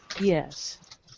Yes